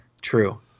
true